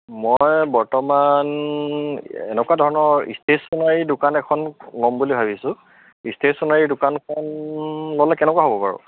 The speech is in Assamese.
মই বৰ্তমান এনেকুৱা ধৰণৰ ষ্টেচনাৰী দোকান এখন ল'ম বুলি ভাবিছোঁ ষ্টেচনাৰী দোকানখন ল'লে কেনেকুৱা হ'ব বাৰু